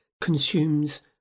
consumes